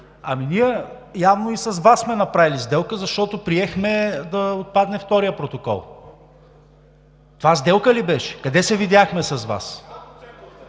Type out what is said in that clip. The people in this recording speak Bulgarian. ами, ние явно и с Вас сме направили сделка, защото приехме да отпадне вторият протокол. Това сделка ли беше?! Къде се видяхме с Вас?